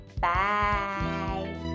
Bye